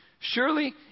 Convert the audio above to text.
Surely